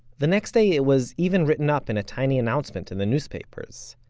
the next day it was even written up in a tiny announcement in the newspapers.